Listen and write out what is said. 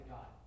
God